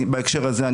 בהקשר הזה,